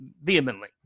vehemently